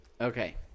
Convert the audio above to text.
Okay